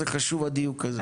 זה חשוב הדיוק הזה.